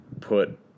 put